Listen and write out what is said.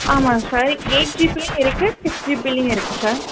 ஆமாங்க sir eight ஜிபிலேயும் இருக்குது சிக்ஸ் ஜிபிலேயும் இருக்குது சார்